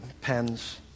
pens